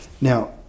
now